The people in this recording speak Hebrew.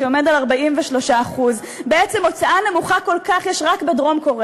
שהוא 43%. בעצם הוצאה נמוכה כל כך יש רק בדרום-קוריאה.